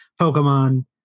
Pokemon